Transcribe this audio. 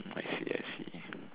I see I see